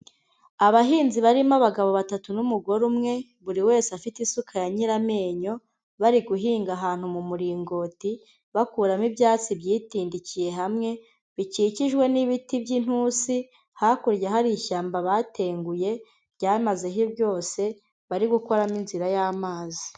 Abahinzi barimo abagabo batatu n'umugore umwe, buri wese afite isuka ya nyiramenyo bari guhinga ahantu mu muringoti, bakuramo ibyatsi byitindikiye hamwe bikikijwe n'ibiti by'intusi. Hakurya hari ishyamba batenguye, ryamazeho byose, bari gukoramo inzira y'amazi.